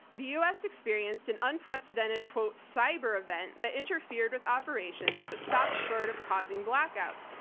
the u. s. experienced an unprecedented cyber event that interfered with operations, but stopped short of causing blackouts,